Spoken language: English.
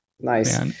Nice